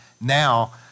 now